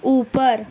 اوپر